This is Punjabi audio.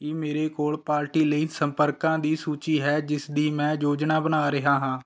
ਕੀ ਮੇਰੇ ਕੋਲ ਪਾਰਟੀ ਲਈ ਸੰਪਰਕਾਂ ਦੀ ਸੂਚੀ ਹੈ ਜਿਸਦੀ ਮੈਂ ਯੋਜਨਾ ਬਣਾ ਰਿਹਾ ਹਾਂ